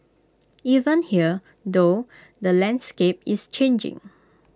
even here though the landscape is changing